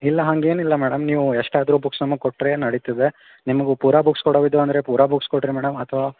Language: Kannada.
ಇಲ್ಲ ಹಾಗೇನಿಲ್ಲ ಮೇಡಮ್ ನೀವು ಎಷ್ಟಾದರು ಬುಕ್ಸ್ ನಮಗೆ ಕೊಟ್ಟರೆ ನಡೀತದೆ ನಿಮಗೆ ಪೂರಾ ಬುಕ್ಸ್ ಕೊಡವು ಇದ್ದವು ಅಂದರೆ ಪೂರಾ ಬುಕ್ಸ್ ಕೊಡಿರಿ ಮೇಡಮ್ ಅಥವಾ